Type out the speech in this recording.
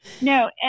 No